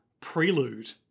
prelude